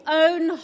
own